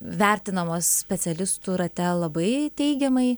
vertinamos specialistų rate labai teigiamai